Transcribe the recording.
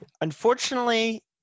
Unfortunately